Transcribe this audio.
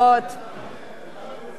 (יהודה והשומרון, שיפוט בעבירות ועזרה משפטית),